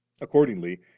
Accordingly